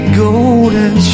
golden